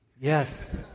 Yes